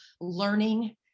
learning